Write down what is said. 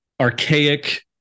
archaic